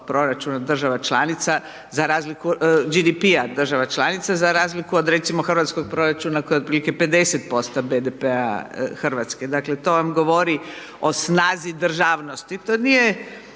proračuna država članica, GDP-a država članica za razliku od recimo hrvatskog proračuna koji je otprilike 50% BDP-a Hrvatske, dakle to vam govori o snazi državnosti, to nije